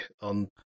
on